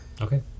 Okay